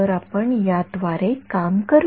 तर आपण याद्वारे काम करू